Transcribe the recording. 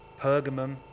Pergamum